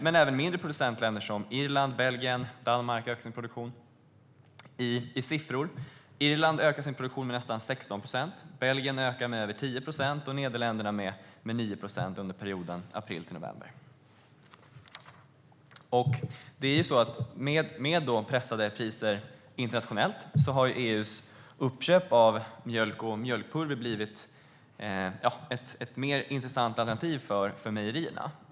Men även mindre producentländer som Irland, Belgien och Danmark ökar sin produktion. I siffror ökade Irland sin produktion med nästan 16 procent, Belgien med över 10 procent och Nederländerna med 9 procent under perioden april till november. Med pressade priser internationellt har EU:s uppköp av mjölk och mjölkpulver blivit ett mer intressant alternativ för mejerierna.